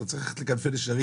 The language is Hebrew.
אתה צריך ללכת לכנפי נשרים.